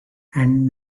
and